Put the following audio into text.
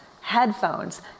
headphones